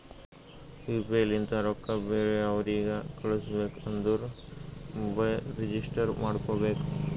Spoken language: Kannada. ಯು ಪಿ ಐ ಲಿಂತ ರೊಕ್ಕಾ ಬೇರೆ ಅವ್ರಿಗ ಕಳುಸ್ಬೇಕ್ ಅಂದುರ್ ಮೊಬೈಲ್ ರಿಜಿಸ್ಟರ್ ಮಾಡ್ಕೋಬೇಕ್